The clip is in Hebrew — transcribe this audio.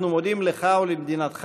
אנחנו מודים לך ולמדינתך,